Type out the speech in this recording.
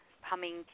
humming